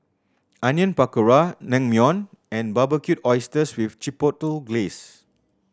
Onion Pakora Naengmyeon and Barbecued Oysters with Chipotle Glaze